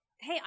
Hey